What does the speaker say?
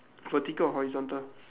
vertical or horizontal